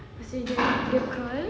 so how